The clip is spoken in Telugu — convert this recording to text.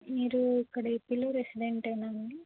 మీరు ఇక్కడ ఏపిలో రెసిడెంటేనండి